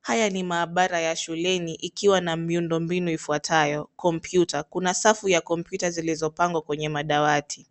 Haya ni maabara ya shuleni ikiwa na miundo mbinu ifuatayo: kompyuta, Kuna safu ya kompyuta zilizopangwa kwenye madawati.